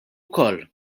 wkoll